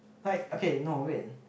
quite okay no wait